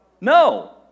No